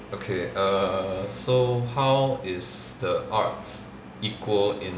okay err so how is the arts equal in